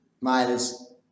miles